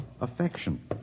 affection